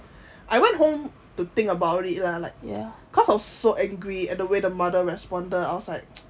I went home to think about it lah like ya cause I was so angry at the way the mother responded I was like